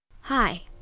Hi